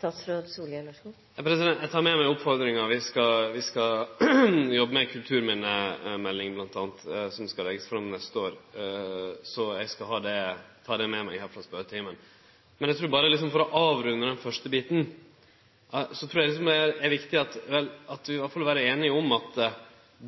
Eg tek med meg oppfordringa. Vi skal bl.a. jobbe med ei kulturminnemelding, som skal leggjast fram til neste år, så eg skal det med meg her frå spørjetimen. Berre for å avrunde den første biten: Det som er viktig, er at vi i alle fall er einige om at